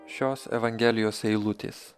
šios evangelijos eilutės